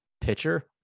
pitcher